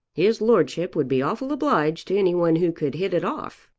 his lordship would be awful obliged to any one who could hit it off.